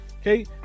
Okay